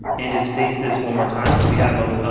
and just paste this one more time so we have a,